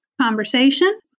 conversation